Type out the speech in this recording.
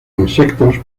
insectos